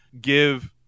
give